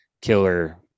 killer